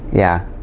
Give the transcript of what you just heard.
yeah.